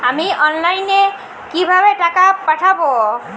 আমি অনলাইনে কিভাবে টাকা পাঠাব?